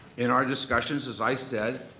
in our discussions, as i said,